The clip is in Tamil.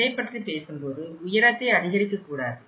இதைப்பற்றி பேசும்போது உயரத்தை அதிகரிக்க கூடாது